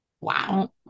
Wow